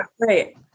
right